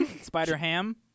Spider-ham